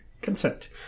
consent